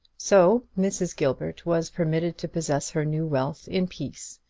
so mrs. gilbert was permitted to possess her new wealth in peace,